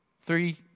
Three